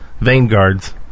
Vanguards